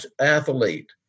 athlete